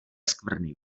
skvrny